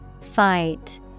Fight